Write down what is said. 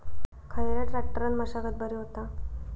खयल्या ट्रॅक्टरान मशागत बरी होता?